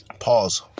Pause